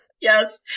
Yes